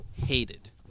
hated